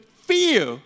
fear